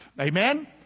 Amen